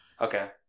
Okay